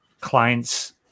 clients